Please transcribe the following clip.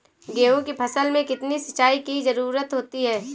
गेहूँ की फसल में कितनी सिंचाई की जरूरत होती है?